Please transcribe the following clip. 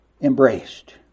embraced